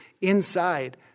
inside